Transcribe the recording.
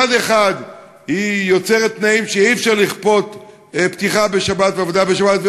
מצד אחד היא יוצרת תנאים שאי-אפשר לכפות פתיחה בשבת ועבודה בשבת,